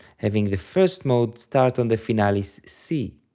having the first mode start on the finalis c.